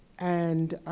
and